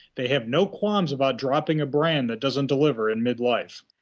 they have no qualms about dropping a brand that doesn't deliver in mid-life.